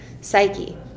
Psyche